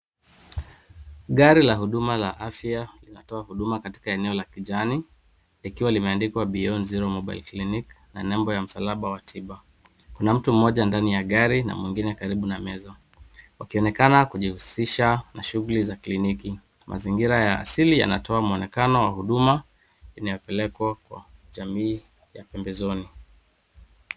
Gari la huduma la afya linatoa huduma katika eneo la kijani likiwa limeandikwa Beyond zero mobile clinic na namba ya msalaba watiba. Kuna mtu mmoja ndani ya gari na mwingine karibu na meza akionekana kijuhusisha na shughuli za kliniki. Mazingira ya asili yanatoa muonekano wa huduma inaopelekwa kwa jamii ya pembezoni.